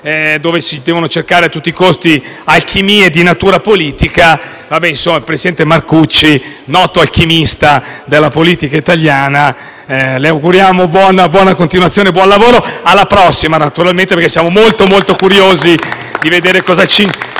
dove si devono cercare a tutti i costi alchimie di natura politica. Al presidente Marcucci, noto alchimista della politica italiana, auguriamo buona continuazione e buon lavoro: alla prossima, naturalmente, poiché siamo davvero molto curiosi di vedere cosa si